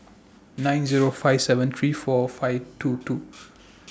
nine Zero five seven three four five two two